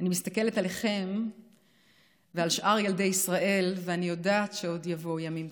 אני מסתכלת עליכם ועל שאר ילדי ישראל ואני יודעת שעוד יבואו ימים טובים.